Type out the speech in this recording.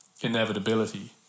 inevitability